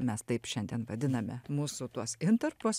mes taip šiandien vadiname mūsų tuos intarpus